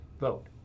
vote